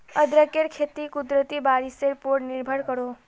अदरकेर खेती कुदरती बारिशेर पोर निर्भर करोह